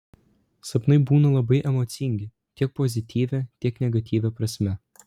sapnai būna labai emocingi tiek pozityvia tiek negatyvia prasme